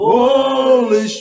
Holy